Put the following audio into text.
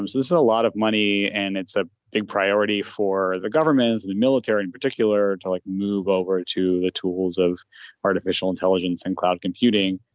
there's a lot of money and it's a big priority for the government and the military in particular to like move over to the tools of artificial intelligence and cloud computing.